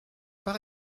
pas